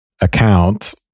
account